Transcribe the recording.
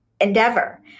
endeavor